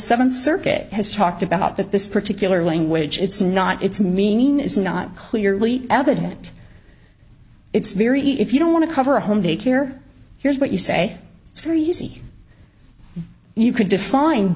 seventh circuit has talked about that this particular language it's not its meaning is not clearly evident it's very if you don't want to cover a home daycare here's what you say it's very easy you could define